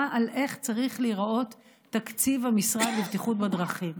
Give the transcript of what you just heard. על איך צריך להיראות תקציב המשרד לבטיחות בדרכים.